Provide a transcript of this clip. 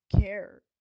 care